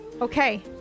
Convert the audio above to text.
Okay